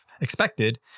expected